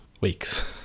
weeks